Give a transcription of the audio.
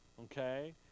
Okay